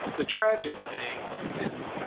the tragic thing is,